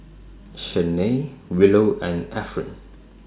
Shanae Willow and Efren